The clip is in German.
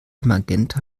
magenta